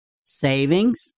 Savings